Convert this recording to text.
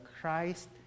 christ